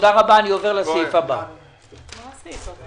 יש לנו את מנכ"ל משרד הכלכלה ב-זום.